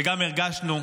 וגם הרגשנו,